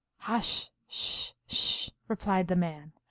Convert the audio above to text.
hush sh, sh! replied the man.